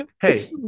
hey